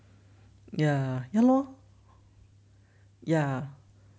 ya ya lor ya